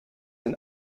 and